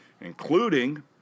including